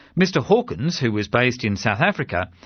mr hawkins, who was based in south africa,